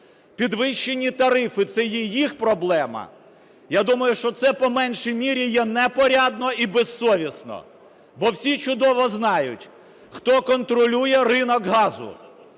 підвищені тарифи – це є їх проблема, я думаю, що це по меншій мірі є непорядно і безсовісно. Бо всі чудово знають, хто контролює ринок газу.